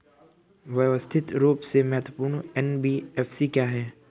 व्यवस्थित रूप से महत्वपूर्ण एन.बी.एफ.सी क्या हैं?